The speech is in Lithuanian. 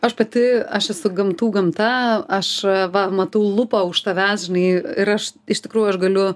aš pati aš esu gamtų gamta aš va matau lupą už tavęs žinai ir aš iš tikrųjų aš galiu